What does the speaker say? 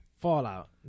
Fallout